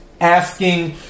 asking